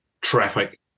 traffic